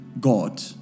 God